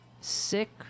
sick